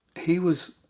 he was,